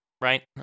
right